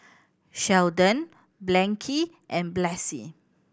Sheldon Blanchie and Blaise